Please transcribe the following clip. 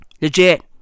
Legit